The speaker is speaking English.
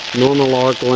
normal arc